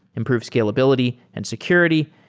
improve scalability and security,